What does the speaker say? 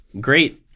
great